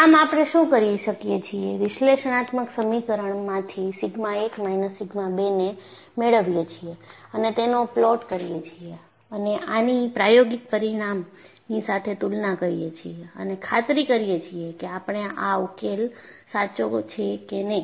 આમાં આપણે શું કરી શકીએ છીએ વિષ્લેષણાત્મક સમીકરણમાંથી સિગ્મા 1 માઇનસ સિગ્મા 2 ને મેળવીએ છીએ અને તેનો પ્લોટ કરીએ છીએ અને આની પ્રાયોગિક પરિણામની સાથે તુલના કરીએ છીએ અને ખાતરી કરીએ છીએ કે આપણો આ ઉકેલ સાચો છે કે નહી